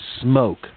smoke